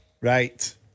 Right